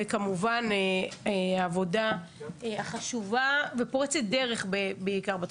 וכמובן, עבודה חשובה ופורצת דרך בעיקר בתחום.